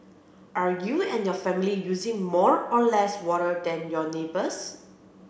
are you and your family using more or less water than your neighbours